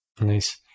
Nice